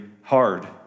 hard